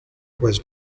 was